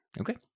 Okay